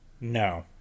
No